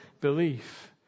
belief